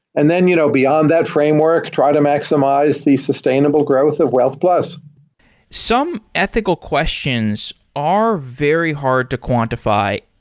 and then you know beyond that framework, try to maximize the sustainable growth of wealth plus some ethical questions are very hard to quantify,